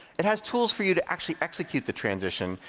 it has tools for you to actually execute the transition.